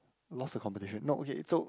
lost a competition no okay so